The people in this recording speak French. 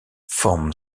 forme